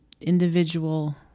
individual